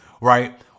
right